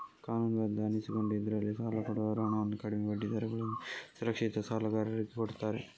ಕಾನೂನುಬದ್ಧ ಅನಿಸಿಕೊಂಡ ಇದ್ರಲ್ಲಿ ಸಾಲ ಕೊಡುವವರು ಹಣವನ್ನು ಕಡಿಮೆ ಬಡ್ಡಿ ದರಗಳೊಂದಿಗೆ ಸುರಕ್ಷಿತ ಸಾಲಗಾರರಿಗೆ ಕೊಡ್ತಾರೆ